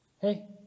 hey